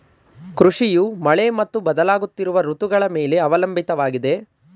ಕೃಷಿಯು ಮಳೆ ಮತ್ತು ಬದಲಾಗುತ್ತಿರುವ ಋತುಗಳ ಮೇಲೆ ಅವಲಂಬಿತವಾಗಿದೆ